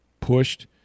pushed